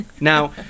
Now